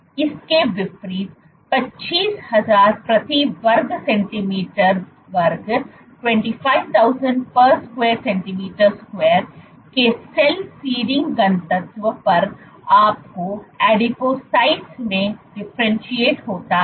इसके विपरीत 25000 प्रति वर्ग सेंटीमीटर वर्ग के सेल सीडिंग घनत्व पर आपको एडिपोसाइट्स में डिफरेंटशिएट होता है